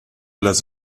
las